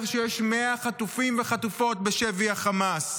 שיש 100 חטופים וחטופות בשבי החמאס?